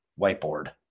whiteboard